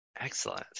excellent